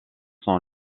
sont